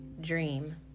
Dream